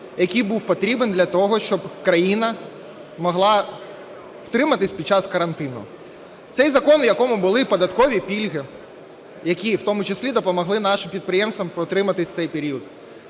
який був потрібен для того, щоб країна могла втриматись під час карантину. Це закон, в якому були податкові пільги, які в тому числі допомогли нашим підприємствам протриматись цей період.